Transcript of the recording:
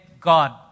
God